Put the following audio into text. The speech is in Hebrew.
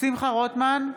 שמחה רוטמן,